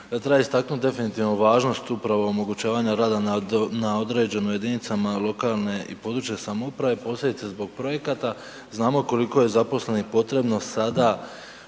Treba istaknuti definitivno važnost upravo omogućavanja rada na određeno jedinicama lokalne i područje samouprave posebice zbog projekata. Znamo koliko je zaposlenih potrebno sada